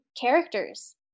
characters